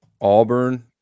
Auburn